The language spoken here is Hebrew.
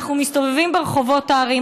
אנחנו מסתובבים ברחובות הערים,